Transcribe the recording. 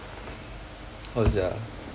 how to say ah